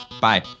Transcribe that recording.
Bye